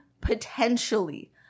potentially